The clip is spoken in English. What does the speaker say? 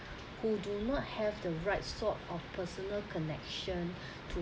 who do not have the right sort of personal connection to